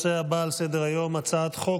[רשומות (הצעות חוק,